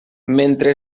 mentre